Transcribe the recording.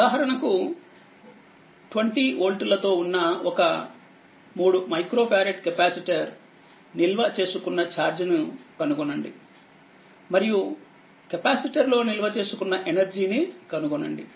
ఉదాహరణకు 20వోల్ట్లతో ఉన్న 3 మైక్రో ఫారెడ్ కెపాసిటర్ నిల్వ చేసుకున్న ఛార్జ్ ను కనుగొనండి మరియు కెపాసిటర్ లో నిల్వ చేసుకున్న ఎనర్జీ ను కనుగొనండి